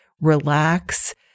relax